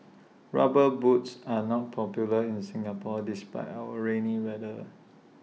rubber boots are not popular in Singapore despite our rainy weather